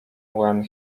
when